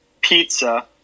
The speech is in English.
pizza